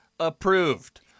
approved